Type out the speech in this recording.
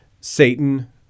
Satan